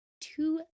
two